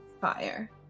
fire